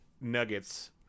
nuggets